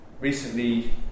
Recently